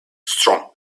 strong